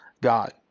God